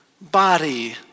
body